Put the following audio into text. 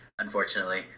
unfortunately